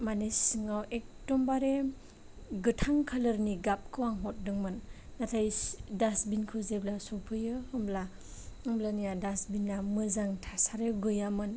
मानि सिङाव एकदमबारे गोथां कालारनि गाबखौ आं हरदोंमोन नाथाइ दासबिनखौ जेब्ला सौफैयो होमब्ला अब्लानिया दासबिना मोजां थासारियाव गैयामोन